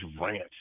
rant